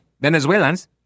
Venezuelans